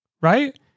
Right